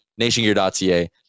nationgear.ca